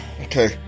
Okay